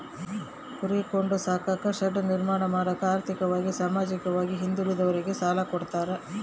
ಕುರಿ ಕೊಂಡು ಸಾಕಾಕ ಶೆಡ್ ನಿರ್ಮಾಣಕ ಆರ್ಥಿಕವಾಗಿ ಸಾಮಾಜಿಕವಾಗಿ ಹಿಂದುಳಿದೋರಿಗೆ ಸಾಲ ಕೊಡ್ತಾರೆ